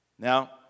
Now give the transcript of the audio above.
Now